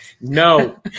No